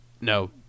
No